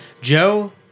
Joe